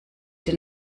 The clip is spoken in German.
denn